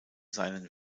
seinen